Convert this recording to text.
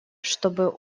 чтобы